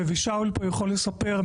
ושאול פה יכול לספר,